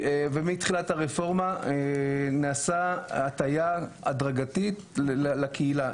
ומתחילת הרפורמה נעשתה הטייה הדרגתית לקהילה,